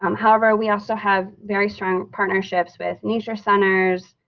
um however we also have very strong partnerships with nature centers,